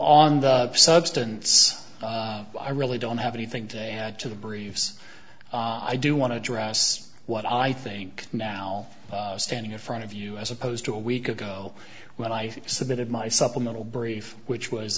on the substance i really don't have anything to add to the briefs i do want to address what i think now standing in front of you as opposed to a week ago when i submitted my supplemental brief which was